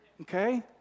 okay